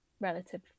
relative